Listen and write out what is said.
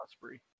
Osprey